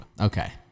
Okay